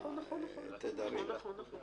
נכון, נכון.